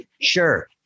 sure